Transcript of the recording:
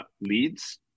leads